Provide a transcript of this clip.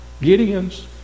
Gideons